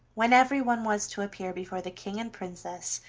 when everyone was to appear before the king and princess,